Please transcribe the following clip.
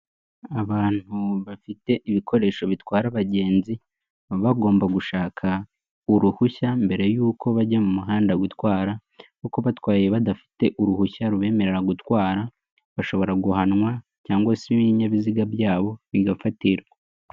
Abantu bafite ibikoresho bitwara abagenzi baba bagomba gushaka uruhushya mbere y'uko bajya mu muhanda gutwara kuko batwaye badafite uruhushya rubemerera gutwara bashobora guhanwa cyangwa se ibinyabiziga byabo bigafatirwa.